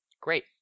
Great